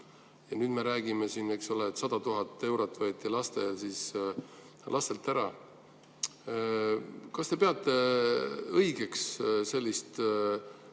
Ja nüüd me räägime siin, et 100 000 eurot võeti lastelt ära. Esiteks, kas te peate õigeks sellist